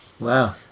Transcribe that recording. Wow